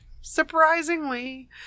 surprisingly